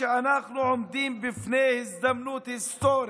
שאנחנו עומדים בפני הזדמנות היסטורית,